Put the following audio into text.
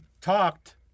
talked